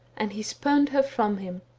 and he spumed her from him.